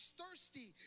thirsty